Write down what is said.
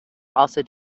also